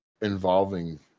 involving